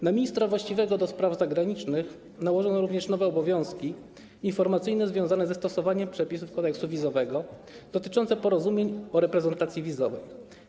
Na ministra właściwego do spraw zagranicznych nałożono również nowe obowiązki informacyjne związane ze stosowaniem przepisów kodeksu wizowego, dotyczące porozumień o reprezentacji wizowej.